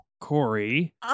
Corey